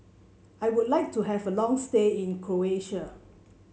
I would like to have a long stay in Croatia